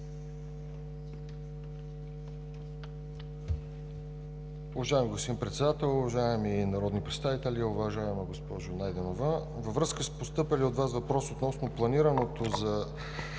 Уважаеми господин Председател, уважаеми народни представители! Уважаема госпожо Найденова, във връзка с постъпилия от Вас въпрос относно планираното за